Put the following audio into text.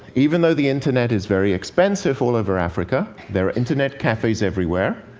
even though the internet is very expensive all over africa, there are internet cafes everywhere.